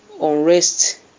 unrest